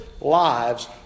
lives